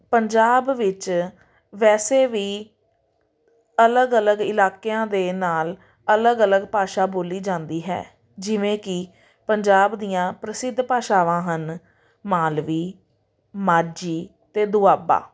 ਪੰਜਾਬ ਵਿੱਚ ਵੈਸੇ ਵੀ ਅਲੱਗ ਅਲੱਗ ਇਲਾਕਿਆਂ ਦੇ ਨਾਲ ਅਲੱਗ ਅਲੱਗ ਭਾਸ਼ਾ ਬੋਲੀ ਜਾਂਦੀ ਹੈ ਜਿਵੇਂ ਕਿ ਪੰਜਾਬ ਦੀਆਂ ਪ੍ਰਸਿੱਧ ਭਾਸ਼ਾਵਾਂ ਹਨ ਮਾਲਵੀ ਮਾਝੀ ਅਤੇ ਦੁਆਬਾ